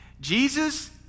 Jesus